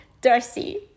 Darcy